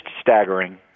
staggering